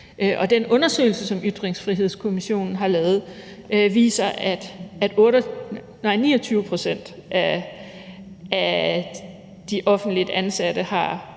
den undersøgelse, som Ytringsfrihedskommissionen har lavet, viser, at 29 pct. af de offentligt ansatte har